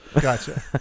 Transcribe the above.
Gotcha